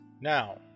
Now